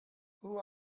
who